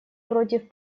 против